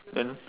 then